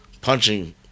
punching